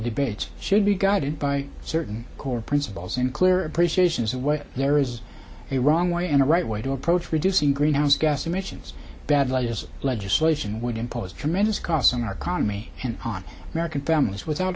debates should be guided by certain core principles and clear appreciation of the way there is a wrong way and the right way to approach reducing greenhouse gas emissions badly as legislation would impose tremendous costs on our commie and on american families without